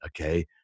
okay